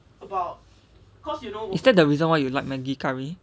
is that the reason why you like maggie curry